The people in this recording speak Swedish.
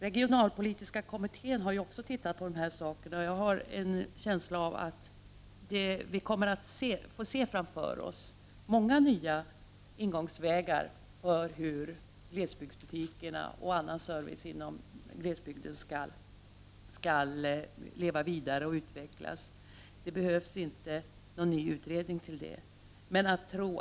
Regionalpolitiska kommittén har också sett på frågan, och jag har en känsla av att vi framför oss kan se många ingångsvägar för hur glesbygdsbutikerna och övrig service inom glesbygden skall kunna leva vidare och utvecklas. Det behövs inte någon ny utredning om detta.